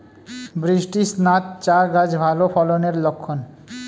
বৃষ্টিস্নাত চা গাছ ভালো ফলনের লক্ষন